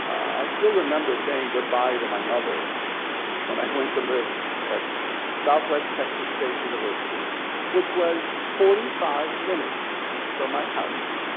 i still remember saying goodbye to my mother whether i went to live at southwest texas state university which was forty five minutes from my house.